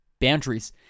Boundaries